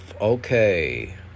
Okay